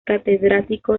catedrático